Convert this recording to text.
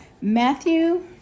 Matthew